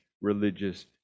religious